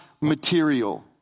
material